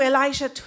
Elijah